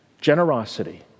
generosity